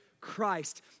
Christ